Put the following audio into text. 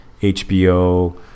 HBO